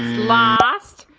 last,